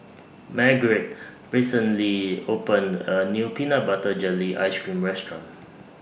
Margurite recently opened A New Peanut Butter Jelly Ice Cream Restaurant